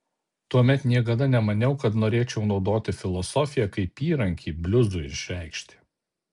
tuomet niekada nemaniau kad norėčiau naudoti filosofiją kaip įrankį bliuzui išreikšti